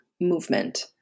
movement